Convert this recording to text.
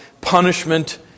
punishment